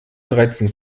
dreizehn